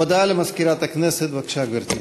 הודעה למזכירת הכנסת, בבקשה, גברתי.